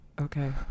okay